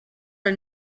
are